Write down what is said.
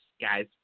guys